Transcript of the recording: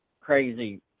crazy